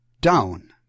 down